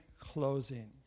closing